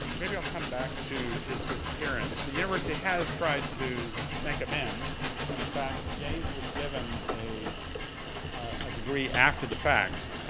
maybe i'll come back to his disappearance. the university has tried to make amends, and in fact, gaines was given a ah degree after the fact.